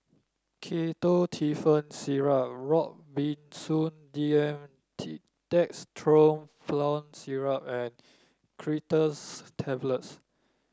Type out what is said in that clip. Ketotifen Syrup Robitussin D M T Dextromethorphan Syrup and Creaters Tablets